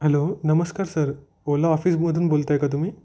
hello नमस्कार sir Ola ऑफिसमधून बोलत आहे का तुम्ही